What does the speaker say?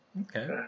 okay